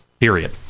Period